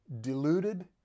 deluded